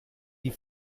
die